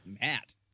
Matt